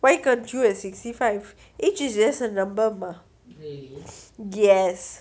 why can't you do at sixty five age is just a number mah yes